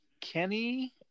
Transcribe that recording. Kenny